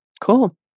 Cool